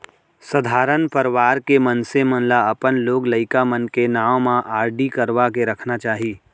सधारन परवार के मनसे मन ल अपन लोग लइका मन के नांव म आरडी करवा के रखना चाही